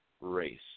race